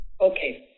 Okay